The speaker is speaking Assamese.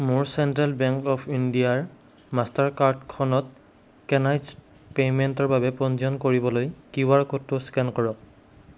মোৰ চেণ্ট্ৰেল বেংক অৱ ইণ্ডিয়াৰ মাষ্টাৰ কাৰ্ডখনত কেনাইজ্ড পে'মেণ্টৰ বাবে পঞ্জীয়ন কৰিবলৈ কিউ আৰ ক'ডটো স্কেন কৰক